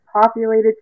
populated